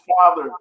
father